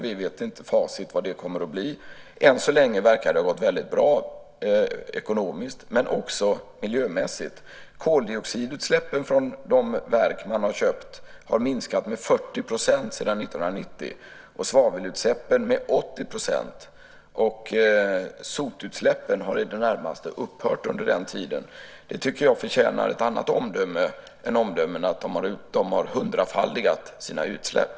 Vi har inte facit över vad det kommer att bli. Än så länge verkar det att ha gått väldigt bra ekonomiskt, men också miljömässigt. Koldioxidutsläppen från de verk man har köpt har minskat med 40 % sedan 1990, svavelutsläppen med 80 %. Sotutsläppen har i det närmaste upphört under den tiden. Det tycker jag förtjänar ett annat omdöme än att de har hundrafaldigat sina utsläpp.